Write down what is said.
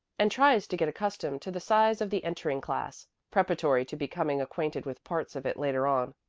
and tries to get accustomed to the size of the entering class, preparatory to becoming acquainted with parts of it later on.